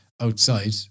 outside